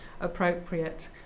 appropriate